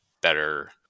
better